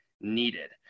needed